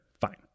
Fine